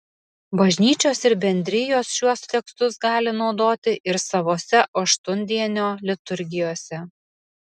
bažnyčios ir bendrijos šiuos tekstus gali naudoti ir savose aštuondienio liturgijose